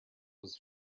was